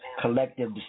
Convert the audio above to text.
collective